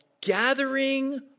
gathering